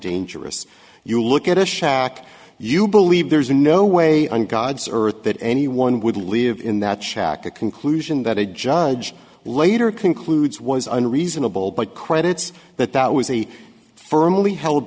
dangerous you look at a shock you believe there's no way on god's earth that anyone would live in that shack a conclusion that a judge later concludes was unreasonable but credits that that was a firmly held